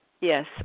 Yes